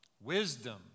wisdom